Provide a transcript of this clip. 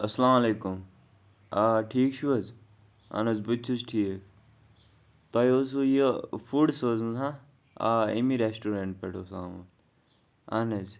السلامُ علیکُم آ ٹھیک چھو حظ اہن حظ بہٕ تہِ چھُس ٹھیک تۄہہِ اوسوٕ یہِ فوٚڑ سوزُن ہہ آ اَمی ریسٹورَنٹ پٮ۪ٹھ اوس آمُت اہن حظ